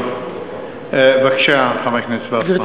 חבר הכנסת וורצמן, בבקשה.